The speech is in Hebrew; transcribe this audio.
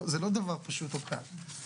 זה לא דבר פשוט או קל.